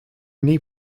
knee